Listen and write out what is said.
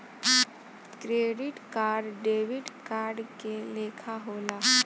credit card debit card के लेखा होला